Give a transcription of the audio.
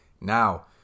Now